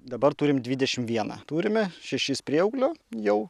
dabar turim dvidešimt vieną turime šešis prieauglio jau